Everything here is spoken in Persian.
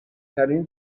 ترین